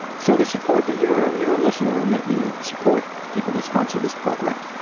show the support that you're you're a listener and that you support people that sponsor this program.